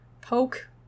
poke